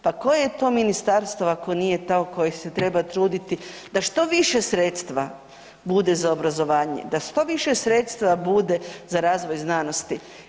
Pa koje je to ministarstvo ako nije to koje se treba truditi da što više sredstva bude za obrazovanje, da što više sredstva bude za razvoj znanosti.